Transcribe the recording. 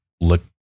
look